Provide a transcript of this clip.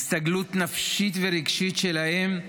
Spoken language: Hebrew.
הסתגלות נפשית ורגשית של האם,